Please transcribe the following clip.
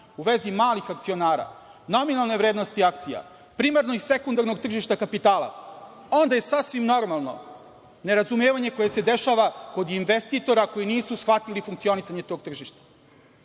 u vezi malih akcionara, nominalne vrednosti akcija, primarnog i sekundarnog tržišta kapitala, onda je sasvim normalno nerazumevanje kod investitora koji nisu shvatili funkcionisanje tog tržišta. Moja